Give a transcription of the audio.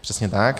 Přesně tak.